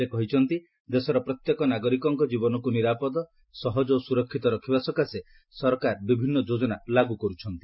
ସେ କହିଛନ୍ତି ଦେଶର ପ୍ରତ୍ୟେକ ନାଗରିକଙ୍କ ଜୀବନକୁ ନିରାପଦ ସହଜ ଓ ସୁରକ୍ଷିତ ରଖିବା ସକାଶେ ସରକାର ବିଭିନ୍ନ ଯୋଜନା ଲାଗୁ କରୁଛନ୍ତି